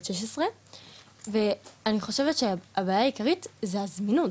בת 16 ואני חושבת שהבעיה העיקרית זה הזמינות.